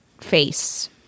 face